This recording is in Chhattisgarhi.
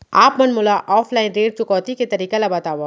आप मन मोला ऑफलाइन ऋण चुकौती के तरीका ल बतावव?